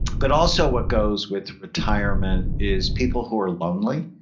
but also, what goes with retirement is people who are lonely,